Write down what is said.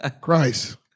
Christ